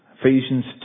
Ephesians